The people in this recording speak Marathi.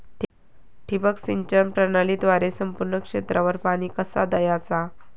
ठिबक सिंचन प्रणालीद्वारे संपूर्ण क्षेत्रावर पाणी कसा दयाचा?